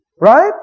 Right